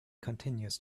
continues